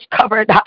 covered